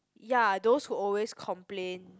ya those who always complain